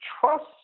trust